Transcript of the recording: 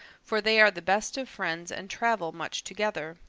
for they are the best of friends and travel much together.